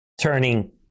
Turning